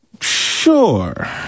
sure